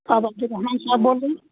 آپ عبد الرحمان صاحب بول رہے ہیں